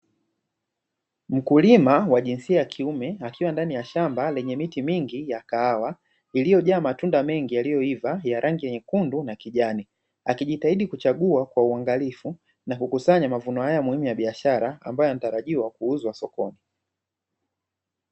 Mkulima wa jinsia ya kiume akiwa ndani ya shamba lenye miti mingi ya kahawa iliyojaa matunda mengi yaliyoiva ya rangi nyekundu na kijani, akijitahidi kuchagua kwa uangalifu na kukusanya mavuno haya muhimu ya biashara ambayo yanatarajiwa kuuzwa sokoni.